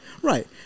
Right